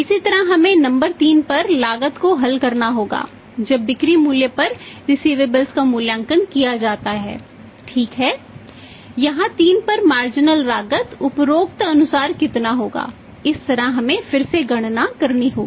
इसी तरह हमें नंबर 3 पर लागत को हल करना होगा जब बिक्री मूल्य पर रिसिवेबलस लागत ऊपरोक्त अनुसार कितना होगा इस तरह हमें फिर से गणना करनी होगी